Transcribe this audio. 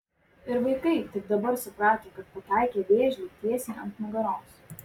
ir vaikai tik dabar suprato kad pataikė vėžliui tiesiai ant nugaros